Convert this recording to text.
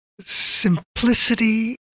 simplicity